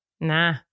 Nah